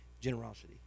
generosity